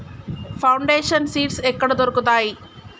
Foundation seeds ఎక్కడ దొరుకుతాయి?